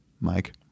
mike